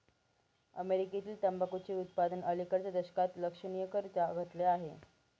अमेरीकेतील तंबाखूचे उत्पादन अलिकडच्या दशकात लक्षणीयरीत्या घटले आहे